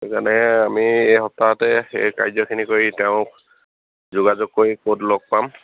সেইটো কাৰণে আমি এই সপ্তাহতে সেই কাৰ্যখিনি কৰি তেওঁক যোগাযোগ কৰি ক'ত লগ পাম